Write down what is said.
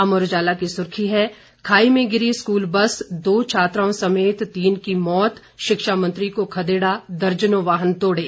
अमर उजाला की सुर्खी है खाई में गिरी स्कूल बस दो छात्राओं समेत तीन की मौत शिक्षा मंत्री को खदेड़ा दर्जनों वाहन तोड़े